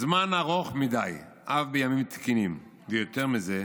"זמן ארוך מדי, אף בימים תקינים, ויותר מזה,